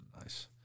nice